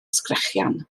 sgrechian